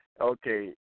okay